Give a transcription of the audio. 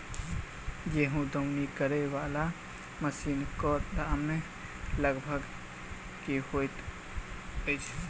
गेंहूँ दौनी करै वला मशीन कऽ दाम लगभग की होइत अछि?